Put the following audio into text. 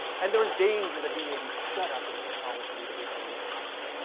and there is danger that he may be shut up in the solitude of his own heart.